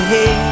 Hey